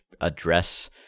address